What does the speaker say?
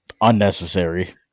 Unnecessary